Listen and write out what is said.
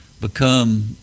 Become